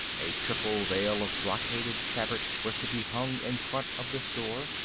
a triple veil of brocaded fabric was to be hung in front of this door.